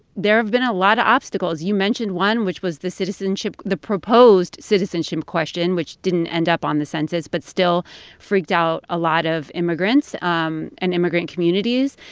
there have been a lot of obstacles. you mentioned one, which was the citizenship the proposed citizenship question, which didn't end up on the census but still freaked out a lot of immigrants um and immigrant communities.